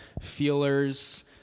feelers